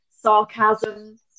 sarcasm